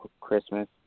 Christmas